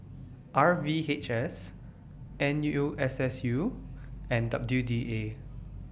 R V H S N U S S U and W D A